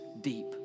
deep